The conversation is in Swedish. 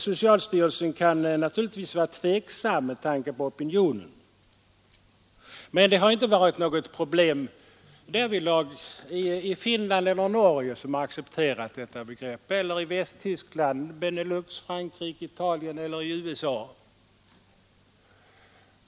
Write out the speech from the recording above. Socialstyrelsen kan naturligtvis vara tveksam med tanke på opinionen, men det har inte varit något problem därvidlag i Finland eller Norge, som accepterat detta begrepp, eller i Västtyskland, Benelux, Frankrike, Italien eller USA.